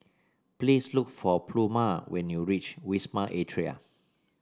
please look for Pluma when you reach Wisma Atria